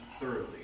thoroughly